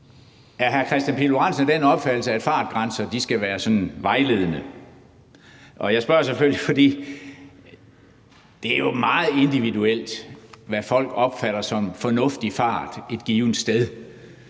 Er hr. Kristian Pihl Lorentzen af den opfattelse, at fartgrænser skal være sådan vejledende? Jeg spørger selvfølgelig, fordi det jo er meget individuelt, hvad folk opfatter som fornuftig fart et givent sted.